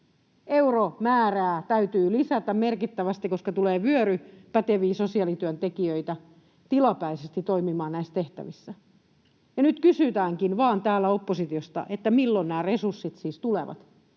euromäärää täytyy lisätä merkittävästi, koska tulee vyöry päteviä sosiaalityöntekijöitä tilapäisesti toimimaan näissä tehtävissä. Nyt kysytäänkin vain täällä oppositiosta, milloin nämä resurssit siis tulevat.